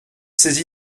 saisi